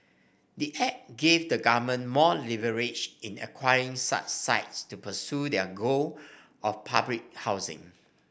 the act gave the government more leverage in acquiring such sites to pursue their goal of public housing